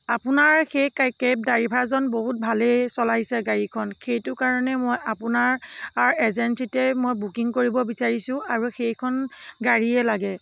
আপোনাৰ সেই কেব ড্ৰাইভাৰজন বহুত ভালেই চলাইছে গাড়ীখন সেইটো কাৰণে মই আপোনাৰ এজেঞ্চিতে মই বুকিং কৰিব বিচাৰিছোঁ আৰু সেইখন গাড়ীয়ে লাগে